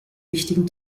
wichtigen